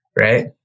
Right